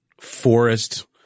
forest